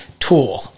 tool